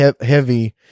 heavy